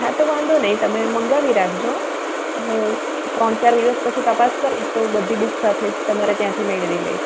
હા તો વાંધો નહીં તમે મંગાવી રાખજો હું ત્રણ ચાર દિવસ પછી તપાસ કરીશ તો બધી બૂક્સ સાથે જ તમારે ત્યાંથી મેળવી લઈશ